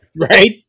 Right